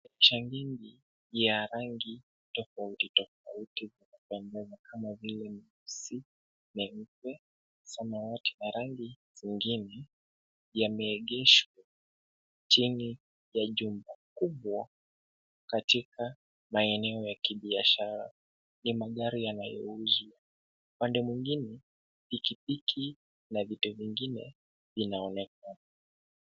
Picha hii ni ya rangi tofauti tofauti kwa pamoja kama vile nyeusi, nyeupe, samawati na rangi zingine, yameegeshwa chini ya jumba kubwa katika maeneo ya kibiashara. Ni magari yanayouzwa. Upande mwingine pikipiki na vitu vingine vinaonekana.